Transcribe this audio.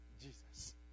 Jesus